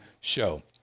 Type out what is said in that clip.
show